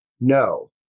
No